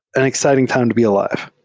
an exciting time to be al ive.